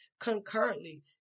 concurrently